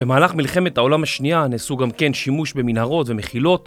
במהלך מלחמת העולם השנייה נעשו גם כן שימוש במנהרות ומחילות